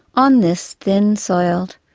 on this thin-soiled,